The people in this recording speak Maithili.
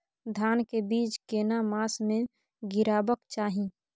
धान के बीज केना मास में गीराबक चाही?